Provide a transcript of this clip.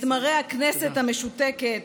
את מראה הכנסת המשותקת,